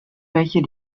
welche